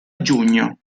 giugno